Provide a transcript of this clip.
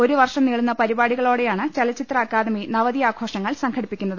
ഒരു വർഷം നീളുന്ന പരിപാടികളോടെയാണ് ചലച്ചിത്ര അക്കാദമി നവതി ആഘോഷങ്ങൾ സംഘടിപ്പിക്കുന്നത്